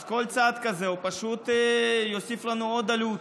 כל צעד כזה פשוט יוסיף לנו עוד עלות.